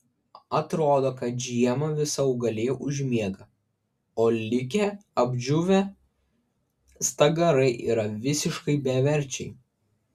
atrodo kad žiemą visa augalija užmiega o likę apdžiūvę stagarai yra visiškai beverčiai